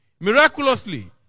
Miraculously